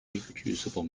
reproducible